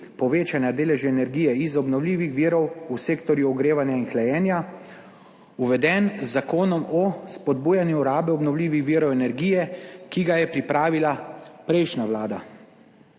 povečanja deleža energije iz obnovljivih virov v sektorju ogrevanja in hlajenja, uveden z Zakonom o spodbujanju rabe obnovljivih virov energije, ki ga je pripravila prejšnja Vlada.